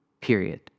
period